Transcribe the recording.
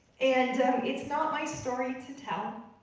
and it's not my story to tell,